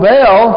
Bell